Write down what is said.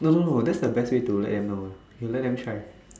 no no no that's the best way to let them know you know you let them try